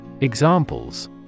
Examples